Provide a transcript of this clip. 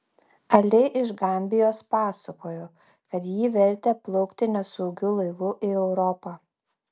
ali iš gambijos pasakojo kad jį vertė plaukti nesaugiu laivu į europą